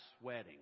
sweating